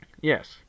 Yes